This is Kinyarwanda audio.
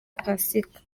pasika